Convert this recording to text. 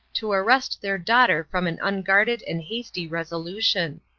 to arrest their daughter from an unguarded and hasty resolution.